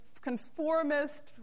conformist